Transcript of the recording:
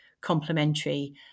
complementary